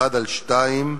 1(2),